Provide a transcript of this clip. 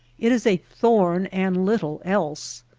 it is a thorn and little else.